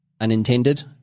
unintended